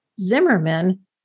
Zimmerman